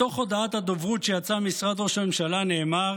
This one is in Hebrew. בתוך הודעת הדוברות שיצאה ממשרד ראש הממשלה נאמר